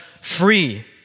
free